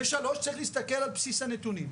ושלישית, צריך להסתכל על בסיס הנתונים.